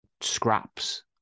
scraps